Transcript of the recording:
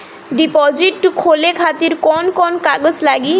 Deposit खोले खातिर कौन कौन कागज लागी?